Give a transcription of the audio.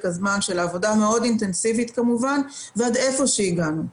הזמן של עבודה מאוד אינטנסיבית כמובן ועד איפה שהגענו.